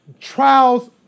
Trials